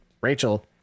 Rachel